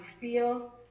feel